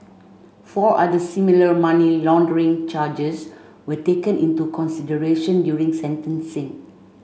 four other similar money laundering charges were taken into consideration during sentencing